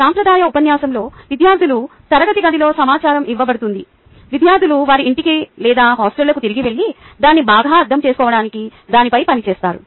సాంప్రదాయిక ఉపన్యాసంలో విద్యార్థులు తరగతి గదిలో సమాచారం ఇవ్వబడుతుంది విద్యార్థులు వారి ఇంటికి లేదా హాస్టళ్లకు తిరిగి వెళ్లి దాన్ని బాగా అర్థం చేసుకోవడానికి దానిపై పని చేస్తారు